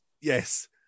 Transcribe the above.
Yes